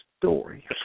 story